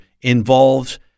involves